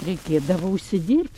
reikėdavo užsidirb